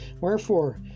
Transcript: Wherefore